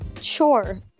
Sure